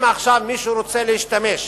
אם עכשיו מישהו רוצה להשתמש,